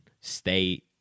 stay